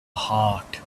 heart